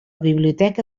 biblioteca